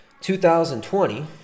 2020